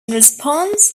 response